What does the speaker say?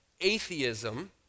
atheism